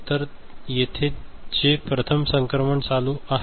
तर येथे येथे जे प्रथम संक्रमण चालू आहे